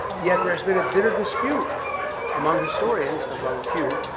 yet there has been a bitter dispute among historians, of um a few,